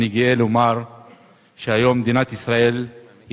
אני גאה לומר שהיום מדינת ישראל היא